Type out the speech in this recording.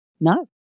No